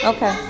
Okay